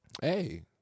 hey